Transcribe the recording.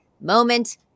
moment